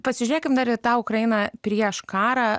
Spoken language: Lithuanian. pasižiūrėkim dar į tą ukrainą prieš karą